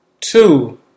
Two